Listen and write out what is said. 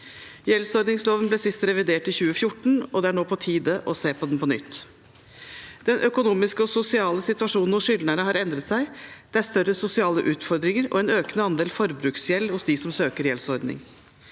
Gjeldsordningsloven ble sist revidert i 2014, og det er nå på tide å se på den på nytt. Den økonomiske og sosiale situasjonen hos skyldnerne har endret seg. Det er større sosiale utfordringer og en økende andel forbruksgjeld hos dem som søker gjeldsordning.